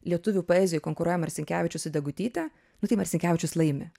lietuvių poezijoj konkuruoja marcinkevičius su degutyte nu tai marcinkevičius laimi